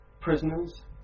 prisoners